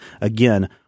again